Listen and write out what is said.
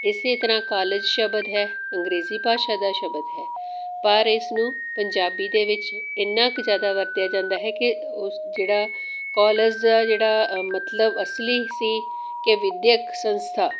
ਇਸੇ ਤਰ੍ਹਾਂ ਕਾਲਜ ਸ਼ਬਦ ਹੈ ਅੰਗਰੇਜ਼ੀ ਭਾਸ਼ਾ ਦਾ ਸ਼ਬਦ ਹੈ ਪਰ ਇਸਨੂੰ ਪੰਜਾਬੀ ਦੇ ਵਿੱਚ ਇੰਨਾ ਕੁ ਜ਼ਿਆਦਾ ਵਰਤਿਆ ਜਾਂਦਾ ਹੈ ਕਿ ਉਸ ਜਿਹੜਾ ਕੋਲਜ ਦਾ ਜਿਹੜਾ ਅ ਮਤਲਬ ਅਸਲੀ ਸੀ ਕਿ ਵਿਦਿਅਕ ਸੰਸਥਾ